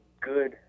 good